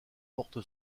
porte